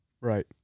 Right